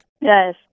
Yes